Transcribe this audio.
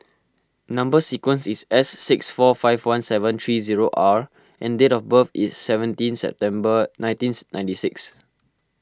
Number Sequence is S six four five one seven three zero R and date of birth is seventeen September nineteenth ninety six